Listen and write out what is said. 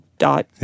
dot